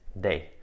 day